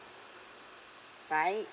bye